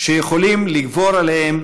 שיכולים לגבור עליהם